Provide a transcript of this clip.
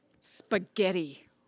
spaghetti